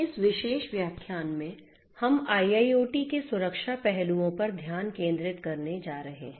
इस विशेष व्याख्यान में हम IIoT के सुरक्षा पहलुओं पर ध्यान केंद्रित करने जा रहे हैं